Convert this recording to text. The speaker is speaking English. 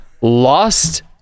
lost